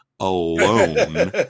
Alone